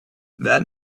that